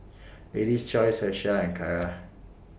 Lady's Choice Herschel and Kara